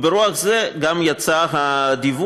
וברוח זו גם יצא הדיווח,